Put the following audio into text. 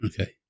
Okay